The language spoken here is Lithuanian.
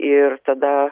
ir tada